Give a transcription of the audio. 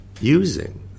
using